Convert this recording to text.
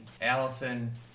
Allison